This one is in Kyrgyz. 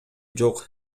жок